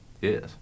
Yes